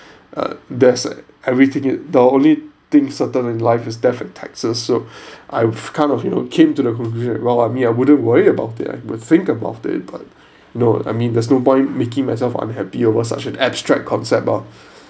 uh there's everything it the only thing certain in life is death and taxes so I've kind of you know came to the conclusion well I mean I wouldn't worry about it I would think about it but no I mean there's no point making myself unhappy over such an abstract concept ah